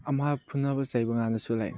ꯑꯃ ꯐꯨꯅꯕ ꯆꯩꯕ ꯀꯥꯟꯗꯁꯨ ꯂꯥꯏꯛ